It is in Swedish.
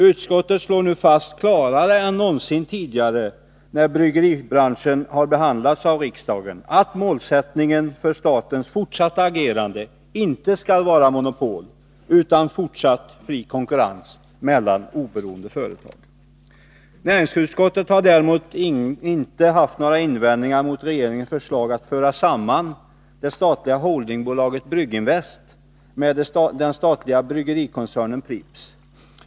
Utskottet slår nu fast, klarare än någonsin tidigare då bryggeribranschen behandlats av riksdagen, att målsättningen för statens fortsatta agerande inte skall vara monopol utan fortsatt fri konkurrens mellan oberoende företag. Näringsutskottet har däremot inte haft några invändningar mot regeringens förslag att föra samman det statliga holdingbolaget Brygginvest med den statliga bryggerikoncernen Pripps.